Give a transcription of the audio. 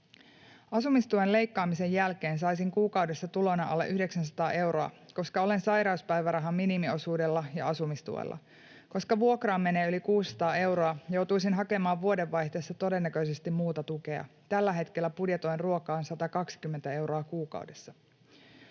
”Asumistuen leikkaamisen jälkeen saisin kuukaudessa tulona alle 900 euroa, koska olen sairauspäivärahan minimiosuudella ja asumistuella. Koska vuokra menee yli 600 euroa, joutuisin hakemaan vuodenvaihteessa todennäköisesti muuta tukea. Tällä hetkellä budjetoin ruokaan 120 euroa kuukaudessa.”